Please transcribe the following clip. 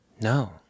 No